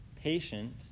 patient